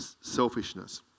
selfishness